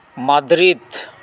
Madrid